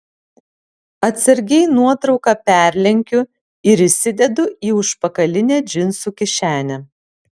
atsargiai nuotrauką perlenkiu ir įsidedu į užpakalinę džinsų kišenę